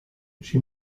she